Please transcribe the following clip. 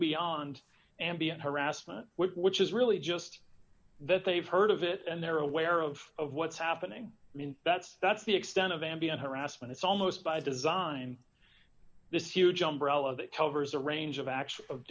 beyond ambient harassment which is really just that they've heard of it and they're aware of what's happening i mean that's that's the extent of ambient harassment it's almost by design this huge umbrella that covers a range of